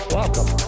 Welcome